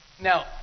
Now